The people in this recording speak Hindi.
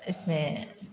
इसमें